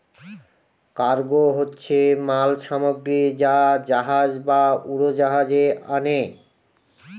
cargo হচ্ছে মাল সামগ্রী যা জাহাজ বা উড়োজাহাজে আনে